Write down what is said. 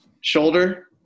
shoulder